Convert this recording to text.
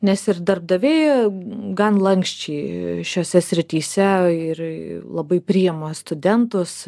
nes ir darbdaviai gan lanksčiai šiose srityse ir labai priima studentus